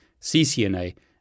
CCNA